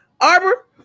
arbor